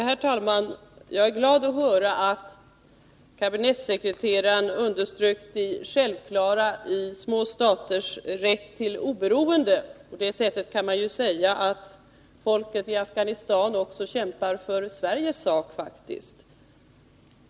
Herr talman! Jag är glad att höra att kabinettssekreteraren underströk det självklara i små staters rätt till oberoende. Man kan ju säga att folket i Afghanistan på det sättet faktiskt också kämpar för Sveriges sak.